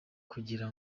kugira